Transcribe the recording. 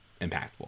impactful